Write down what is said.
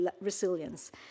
resilience